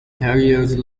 carriers